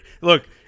Look